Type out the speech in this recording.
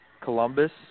Columbus